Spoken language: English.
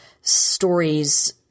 stories